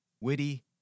witty